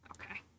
Okay